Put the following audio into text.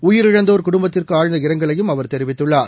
உயிரிழந்தோர் குடும்பத்திற்குஆழ்ந்த இரங்கலையும் அவர் தெரிவித்துள்ளார்